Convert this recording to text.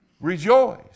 Rejoice